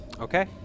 Okay